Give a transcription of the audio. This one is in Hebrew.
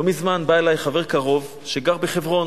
לא מזמן בא אלי חבר קרוב שגר בחברון.